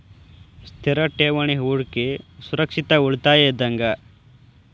ಸ್ಥಿರ ಠೇವಣಿ ಹೂಡಕಿ ಸುರಕ್ಷಿತ ಉಳಿತಾಯ ಇದ್ದಂಗ